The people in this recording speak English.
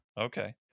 Okay